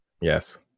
Yes